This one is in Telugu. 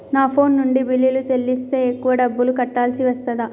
నా ఫోన్ నుండి బిల్లులు చెల్లిస్తే ఎక్కువ డబ్బులు కట్టాల్సి వస్తదా?